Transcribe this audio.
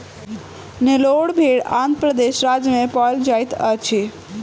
नेल्लोर भेड़ आंध्र प्रदेश राज्य में पाओल जाइत अछि